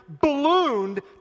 ballooned